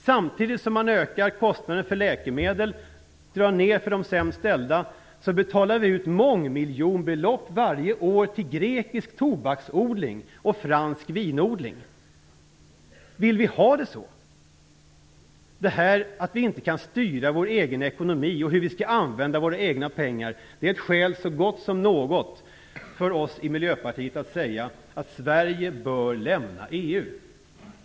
Samtidigt som man ökar kostnaderna för läkemedel och drar ned för de sämst ställda betalar vi varje år mångmiljonbelopp till grekisk tobaksodling och fransk vinodling. Vill vi ha det så? Vi kan inte styra vår egen ekonomi, hur vi skall använda våra egna pengar. Det är ett skäl så gott som något för oss i Miljöpartiet att säga att Sverige bör lämna EU.